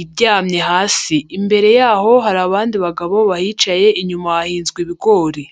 iryamye hasi. Imbere yaho hari abandi bagabo bahicaye, inyuma hahinzwe ibigori.